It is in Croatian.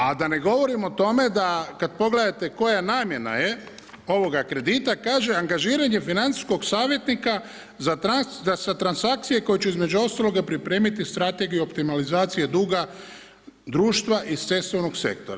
A da ne govorimo o tome da kada pogledate koja namjena je ovoga kredita, kaže, angažiranje financijskog savjetnika za transakcije koje će između ostaloga pripremiti strategiju optimalizacije duga društva iz cestovnog sektora.